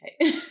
okay